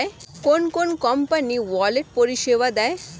কোন কোন company wallet পরিষেবা দেয়?